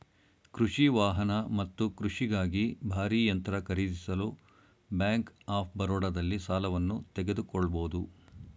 ಕೃಷಿ ವಾಹನ ಮತ್ತು ಕೃಷಿಗಾಗಿ ಭಾರೀ ಯಂತ್ರ ಖರೀದಿಸಲು ಬ್ಯಾಂಕ್ ಆಫ್ ಬರೋಡದಲ್ಲಿ ಸಾಲವನ್ನು ತೆಗೆದುಕೊಳ್ಬೋದು